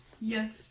Yes